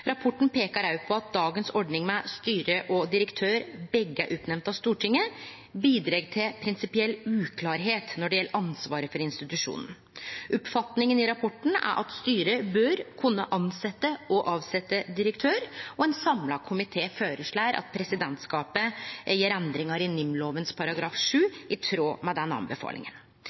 Rapporten peikar òg på at dagens ordning med at styre og direktør begge er utnemnde av Stortinget, bidreg til prinsipiell uklarheit når det gjeld ansvaret for institusjonen. Oppfatninga i rapporten er at styret bør kunne tilsetje og avsetje direktøren, og ein samla komité føreslår at presidentskapet gjer endringar i § 7 i NIM-lova, i tråd med den anbefalinga.